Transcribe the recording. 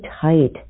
tight